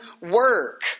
work